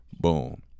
Boom